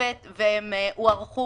בתוספת והם הוארכו,